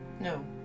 no